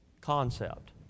concept